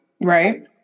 Right